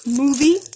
movie